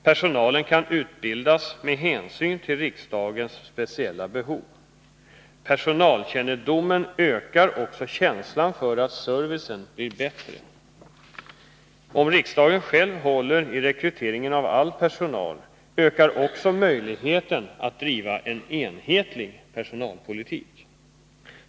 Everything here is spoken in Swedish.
Personalen kan utbildas med hänsyn till riksdagens speciella behov. Personalkännedomen ökar också känslan för att servicen blir bättre. Om riksdagen själv håller i rekryteringen av all personal ökar också möjligheten att driva en enhetlig personalpolitik.